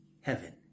Heaven